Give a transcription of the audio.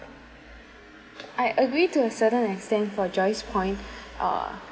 I agree to a certain extent for joyce point uh